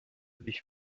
dich